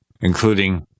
including